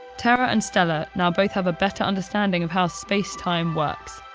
terra and stella now both have a better understanding of how spacetime works.